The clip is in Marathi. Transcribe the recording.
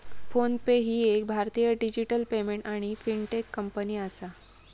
फोन पे ही एक भारतीय डिजिटल पेमेंट आणि फिनटेक कंपनी आसा